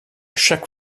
chaque